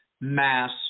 mass